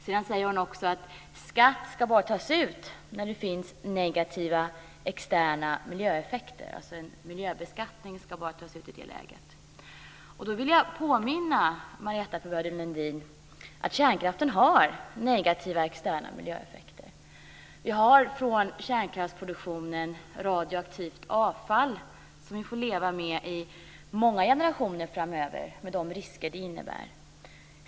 Sedan säger hon också att skatt bara ska tas ut när det finns negativa externa miljöeffekter. En miljöbeskattning ska bara tas ut i det läget. Då vill jag påminna Marietta de Pourbaix-Lundin om att kärnkraften har negativa externa miljöeffekter. Vi har från kränkraftsproduktionen radioaktivt avfall som vi får leva med i många generationer framöver, med de risker det innebär.